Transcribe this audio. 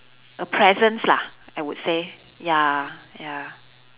a presence lah I would say ya ya